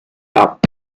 shop